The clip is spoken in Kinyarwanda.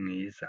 mwiza.